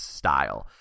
style